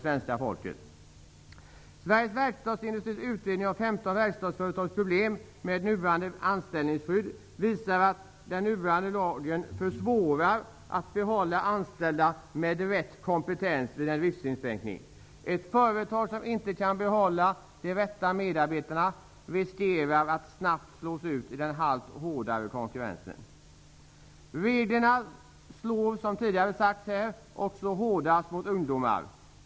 Sveriges verkstadsindustris utredning av problemen på 15 verkstadsföretag med nuvarande anställningsskydd visar att lagen försvårar företagens möjligheter att kunna behålla anställda med rätt kompetens vid en driftsinskränkning. Ett företag som inte kan behålla de rätta medarbetarna riskerar att snabbt slås ut i den allt hårdare konkurrensen. Som tidigare sagts slås reglerna hårdast mot ungdomar.